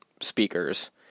speakers